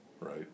right